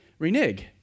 Reneg